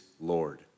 Lord